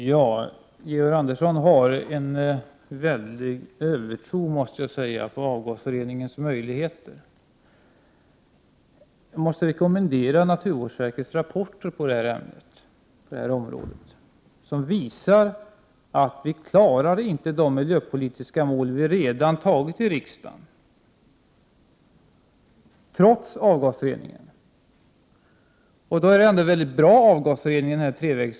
Fru talman! Georg Andersson har en väldig övertro, måste jag säga, på avgasreningens möjligheter. Jag måste rekommendera naturvårdsverkets rapporter i ämnet, som visar att vi trots avgasreningen inte klarar de miljöpolitiska mål som riksdagen redan har antagit. Ändå är avgasreningen väldigt bra.